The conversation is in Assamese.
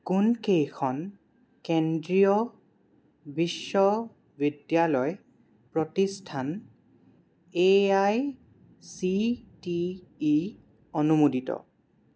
কোনকেইখন কেন্দ্রীয় বিশ্ববিদ্যালয় প্রতিষ্ঠান এআইচিটিই অনুমোদিত